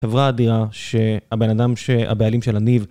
חברה אדירה שהבן אדם, שהבעלים של הניב